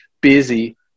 busy